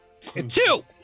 two